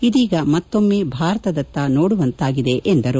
ಇದೀಗ ಮತ್ತೊಮ್ನೆ ಭಾರತದತ್ತ ನೋಡುವಂತಾಗಿದೆ ಎಂದರು